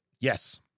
Yes